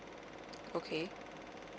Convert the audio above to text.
okay